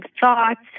thoughts